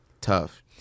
tough